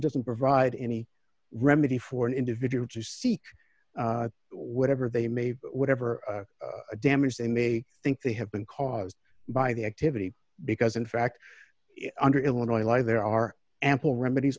doesn't provide any remedy for an individual to seek whatever they may whatever damage they may think they have been caused by the activity because in fact under illinois law there are ample remedies